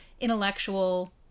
intellectual